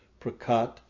Prakat